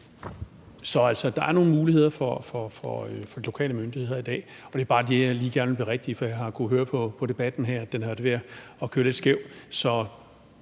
er altså nogle muligheder for de lokale myndigheder i dag. Det er bare det, jeg gerne lige vil berigtige, for jeg har kunnet høre på debatten her, at den er ved at køre lidt skævt.